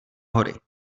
hory